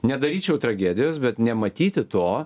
nedaryčiau tragedijos bet nematyti to